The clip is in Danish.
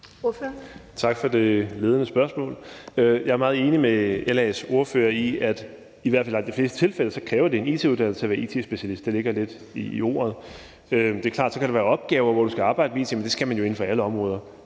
Tak for det ledende spørgsmål. Jeg er meget enig med LA's ordfører i, at det i hvert fald i langt de fleste tilfælde kræver en it-uddannelse at være it-specialist; det ligger lidt i ordet. Det er klart, at der så kan være opgaver, hvor du skal arbejde med it, men det skal man jo inden for alle områder,